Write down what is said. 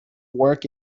work